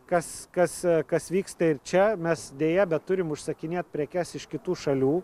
kas kas kas vyksta ir čia mes deja bet turim užsakinėt prekes iš kitų šalių